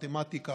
מתמטיקה,